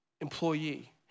employee